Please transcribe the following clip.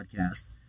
podcast